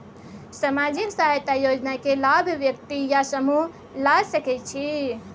सामाजिक सहायता योजना के लाभ व्यक्ति या समूह ला सकै छै?